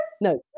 No